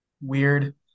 weird